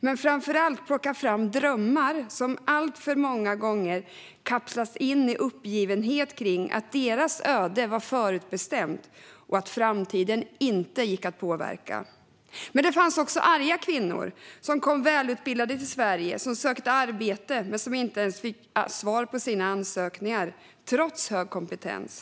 Men framför allt handlade det om att plocka fram drömmar som alltför många gånger kapslats in i uppgivenhet kring att deras öde var förutbestämt och att framtiden inte gick att påverka. Men det fanns också arga kvinnor, som kommit välutbildade till Sverige och sökt arbete men inte ens fått svar på sina ansökningar, trots hög kompetens.